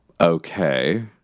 Okay